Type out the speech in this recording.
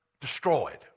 destroyed